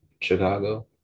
Chicago